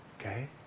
okay